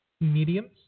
mediums